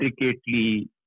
intricately